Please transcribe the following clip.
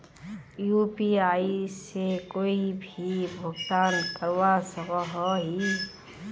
UPI से कोई भी भुगतान करवा सकोहो ही?